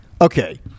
okay